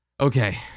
okay